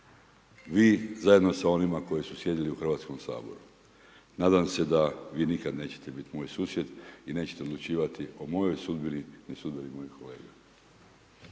vi zajedno sa onima koji su sjedili u Hrvatskom saboru. Nadam se da vi nikada nećete biti moj susjed i nećete odlučivati o mojoj sudbini, ni sudbini mojih kolege.